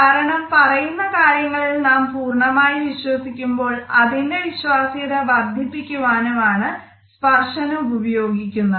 കാരണം പറയുന്ന കാര്യങ്ങളിൽ നാം പൂർണ്ണമായും വിശ്വസിക്കുമ്പോൾ അതിന്റെ വിശ്വാസ്യത വർദ്ധിപ്പിക്കുവാനും ആണ് സ്പർശനം ഉപയോഗിക്കുന്നത്